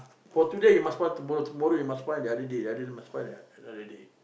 for today you must want tomorrow tomorrow you must find the other day the other day must find another day